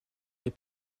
les